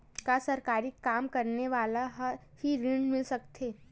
का सरकारी काम करने वाले ल हि ऋण मिल सकथे?